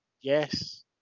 Yes